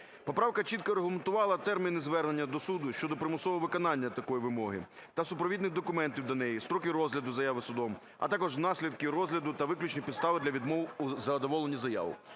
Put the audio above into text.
Поправка чітко регламентувала терміни звернення до суду щодо примусового виконання такої вимоги та супровідних документів до неї, строки розгляду заяви судом, а також наслідки розгляду та виключні підстави для відмов у задоволенні заяв.